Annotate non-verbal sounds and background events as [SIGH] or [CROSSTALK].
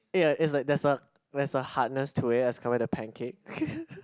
ya it's like that's a that's a hardness to it as cover the pancake [LAUGHS]